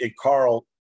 Carl